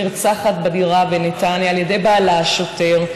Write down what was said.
נרצחת בדירה בנתניה על ידי בעלה השוטר,